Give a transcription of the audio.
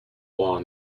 law